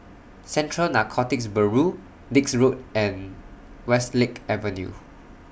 Central Narcotics Bureau Dix Road and Westlake Avenue